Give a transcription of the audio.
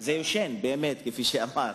זה באמת ישן, כפי שנאמר,